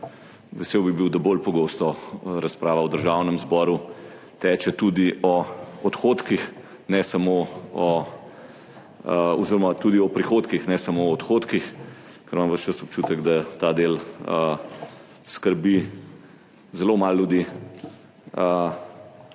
vesel bi bil, da bolj pogosto razprava v Državnem zboru teče o prihodkih, ne samo odhodkih, ker imam ves čas občutek, da ta del skrbi zelo malo ljudi,